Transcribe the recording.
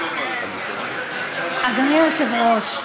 אדוני היושב-ראש,